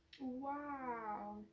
Wow